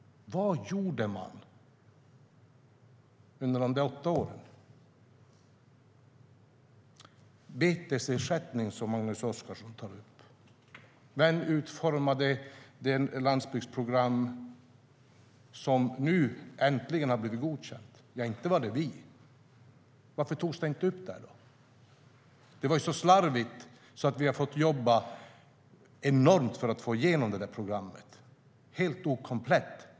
Vad gjorde man under de gångna åtta åren? Magnus Oscarsson tar upp betesersättning. Vem utformade det landsbygdsprogram som nu äntligen har blivit godkänt? Ja, inte var det vi! Varför togs det inte upp där då? Det var ju så slarvigt att vi har fått jobba enormt för att få igenom programmet. Det var helt okomplett.